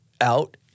out